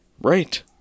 right